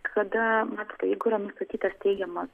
kada matote jeigu yra nustatytas teigiamas